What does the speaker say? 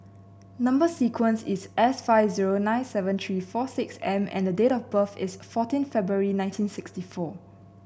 number sequence is S five zero nine seven three four six M and the date of birth is fourteen February nineteen sixty four